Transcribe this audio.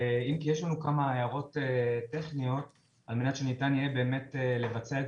אם כי יש לנו כמה הערות טכניות על מנת שניתן יהיה לבצע את